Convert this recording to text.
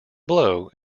blow